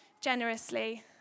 generously